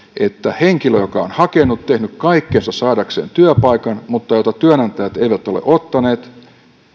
että henkilöltä joka on hakenut ja tehnyt kaikkensa saadakseen työpaikan mutta jota työnantajat eivät ole ottaneet